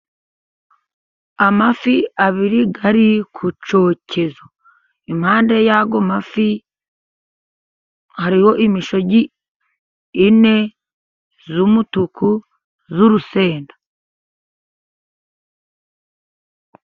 Amafi abiri ari ku cyokezo. Impande y'ayo mafi, hariho imishogi ine y'umutuku y'urusenda.